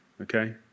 okay